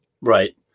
Right